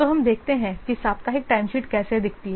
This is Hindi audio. तो हम देखते हैं कि ये साप्ताहिक टाइमशीट कैसे दिखती हैं